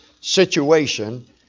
situation